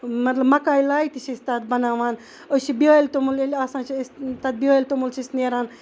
مَطلَب مَکاے لایہِ تہِ چھِ أسۍ تتھ بَناوان أسۍ چھِ بیٲلۍ توٚمُل ییٚلہِ آسان چھُ أسۍ چھِ بیٲلۍ توٚمُل چھِ أسۍ نیران